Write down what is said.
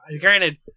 granted